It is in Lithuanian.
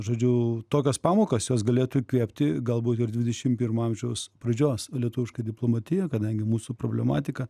žodžiu tokios pamokos jos galėtų įkvėpti galbūt ir dvidešim pirmo amžiaus pradžios lietuvišką diplomatiją kadangi mūsų problematika